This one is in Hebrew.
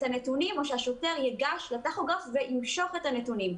הנתונים או שהשוטר ייגש לטכוגרף וימשוך את הנתונים.